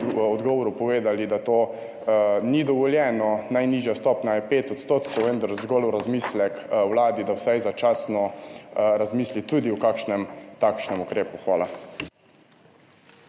odgovoru povedali, da to ni dovoljeno, najnižja stopnja je pet odstotkov, vendar zgolj v razmislek Vladi, da vsaj začasno razmisli tudi o kakšnem takšnem ukrepu. Hvala.